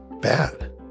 bad